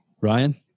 Ryan